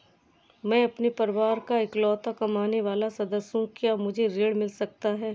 मैं अपने परिवार का इकलौता कमाने वाला सदस्य हूँ क्या मुझे ऋण मिल सकता है?